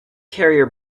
carrier